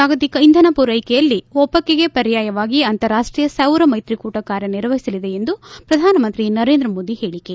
ಭವಿಷ್ಣದ ಜಾಗತಿಕ ಇಂಧನ ಪೂರ್ನೆಕೆಯಲ್ಲಿ ಒಪೆಕ್ಗೆ ಪರ್ಯಾಯವಾಗಿ ಅಂತಾರಾಷ್ಷೀಯ ಸೌರ ಮ್ಲೆತ್ರಿಕೂಟ ಕಾರ್ಯ ನಿರ್ವಹಿಸಲಿದೆ ಎಂದು ಪ್ರಧಾನಮಂತ್ರಿ ನರೇಂದ್ರ ಮೋದಿ ಹೇಳಿಕೆ